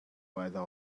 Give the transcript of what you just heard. weather